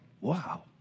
wow